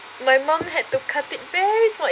my mom had to cut it very small